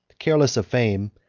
careless of fame,